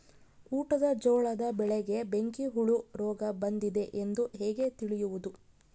ಊಟದ ಜೋಳದ ಬೆಳೆಗೆ ಬೆಂಕಿ ಹುಳ ರೋಗ ಬಂದಿದೆ ಎಂದು ಹೇಗೆ ತಿಳಿಯುವುದು?